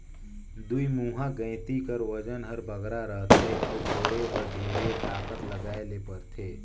दुईमुहा गइती कर ओजन हर बगरा रहथे अउ कोड़े बर ढेर ताकत लगाए ले परथे